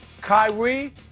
Kyrie